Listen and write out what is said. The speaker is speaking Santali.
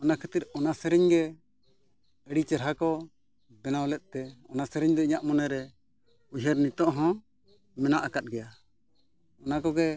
ᱚᱱᱟ ᱠᱷᱟᱹᱛᱤᱨ ᱚᱱᱟ ᱥᱮᱨᱮᱧ ᱜᱮ ᱟᱹᱰᱤ ᱪᱮᱨᱦᱟ ᱠᱚ ᱵᱮᱱᱟᱣ ᱞᱮᱫᱛᱮ ᱚᱱᱟ ᱥᱮᱨᱮᱧ ᱫᱚ ᱤᱧᱟᱹᱜ ᱢᱚᱱᱮ ᱨᱮ ᱩᱭᱦᱟᱹᱨ ᱱᱤᱛᱳᱜ ᱦᱚᱸ ᱢᱮᱱᱟᱜ ᱟᱠᱟᱫ ᱜᱮᱭᱟ ᱚᱱᱟ ᱠᱚᱜᱮ